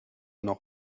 noch